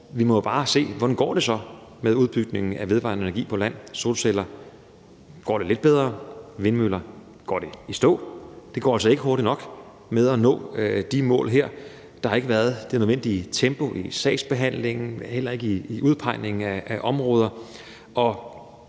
kan jo bare se på, hvordan det så går med udbygningen af vedvarende energi på land. Med solceller går det lidt bedre, men med vindmøller går det i stå. Det går altså ikke hurtigt nok med at nå de her mål. Der har ikke været det nødvendige tempo i sagsbehandlingen og heller ikke i udpegningen af områder,